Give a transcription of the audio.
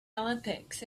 olympics